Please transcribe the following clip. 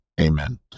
amen